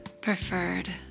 preferred